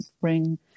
bring